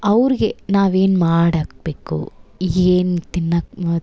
ಅವ್ರಿಗೆ ನಾವು ಏನು ಮಾಡಾಕಬೇಕು ಏನು ತಿನ್ನೊಕ್ ಮತ್ತು